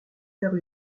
faire